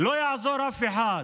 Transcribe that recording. לא יעזור לאף אחד,